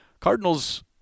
Cardinals